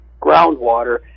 groundwater